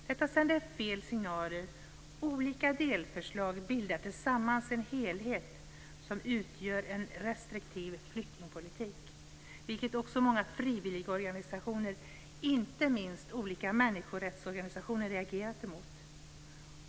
Detta sänder fel signaler, olika delförslag bildar tillsammans en helhet som utgör en restriktiv flyktingpolitik, vilket också många frivilligorganisationer, inte minst olika människorättsorganisationer, reagerat mot.